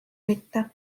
mitte